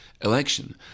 election